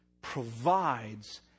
provides